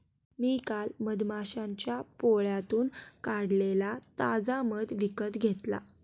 मी काल मधमाश्यांच्या पोळ्यातून काढलेला ताजा मध विकत घेतला